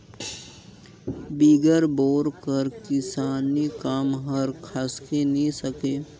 बिगर बोरा कर किसानी काम हर खसके नी सके